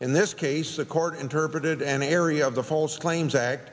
in this case the court interpreted an area of the false claims act